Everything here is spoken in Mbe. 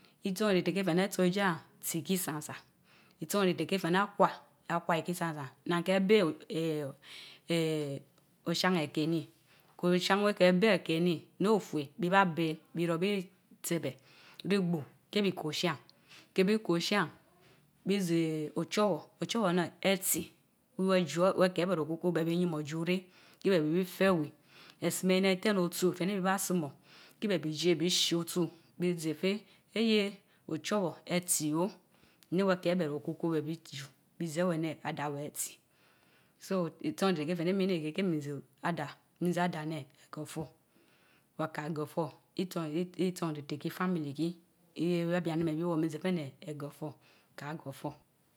itson nteh keh feh heh atso ijie yen, tsi kii tsan san, itsan riteh keh fehneh akwa, akwa ikii tsan tsan. naan keh beh o eeeh. eeeh. ochan ekehnii kochan wehkbeh ekehnii neh ofue biibabeh birah bii tsebeh rehgb keh bii kochan. keh bii kochan bii zeh ochorwor, ochowor. eneh etsi weh ejio, ekeh ebereh okukor bereh bi yii mor jureh, keh bii teh eweh esumonii eten osu fenii baa sumor, kii beh bii jeh, bishi oysu bii zeh beh, eeyeh! ochowor etsii o neh weh keh ebeheh okukor weh bii ahrii bizey eweh- eneh Adaa weh tsi so itso rite keh feh neh mineriko keh min zeh adaa, mon zeh adaa neh gorfor, wakar gorfor itsan ereh, itson riteh kii famili kii eeeh yebiani meh bii wor nzeh feh neh agor for izaagorfor.